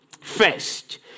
first